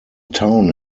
town